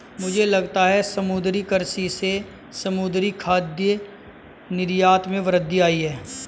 मुझे लगता है समुद्री कृषि से समुद्री खाद्य निर्यात में वृद्धि आयी है